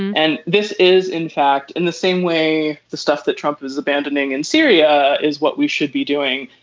and this is in fact in the same way the stuff that trump is abandoning in syria is what we should be doing.